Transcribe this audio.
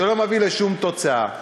שלא מביאים לשום תוצאה.